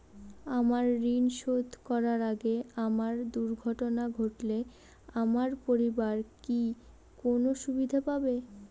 আমার ঋণ শোধ করার আগে আমার দুর্ঘটনা ঘটলে আমার পরিবার কি কোনো সুবিধে পাবে?